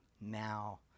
now